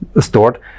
stored